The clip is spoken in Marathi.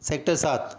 सेक्टर सात